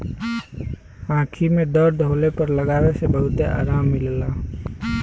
आंखी में दर्द होले पर लगावे से बहुते आराम मिलला